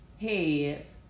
heads